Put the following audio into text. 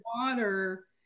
water